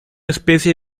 especie